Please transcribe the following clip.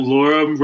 Laura